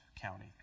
County